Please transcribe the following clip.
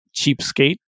cheapskate